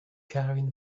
carved